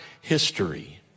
history